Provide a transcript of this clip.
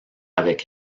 avec